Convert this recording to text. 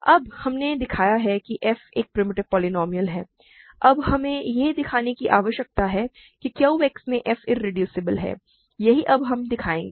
अब हमने दिखाया है कि f एक प्रिमिटिव पोलीनोमिअल है अब हमें यह दिखाने की आवश्यकता है कि Q X में f इरेड्यूसिबल है यही अब हम दिखाएंगे